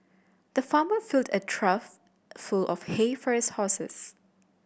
the farmer filled a trough full of hay for his horses